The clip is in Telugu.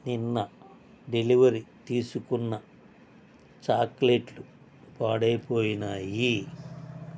నిన్న డెలివరీ తీసుకున్న చాక్లెట్లు పాడైపోయినాయి